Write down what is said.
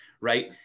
right